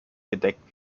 gedeckt